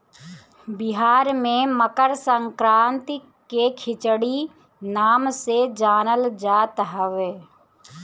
बिहार में मकरसंक्रांति के खिचड़ी नाम से जानल जात हवे